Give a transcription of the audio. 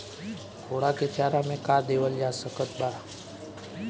घोड़ा के चारा मे का देवल जा सकत बा?